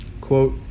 Quote